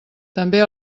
també